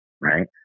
Right